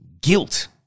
guilt